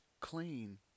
clean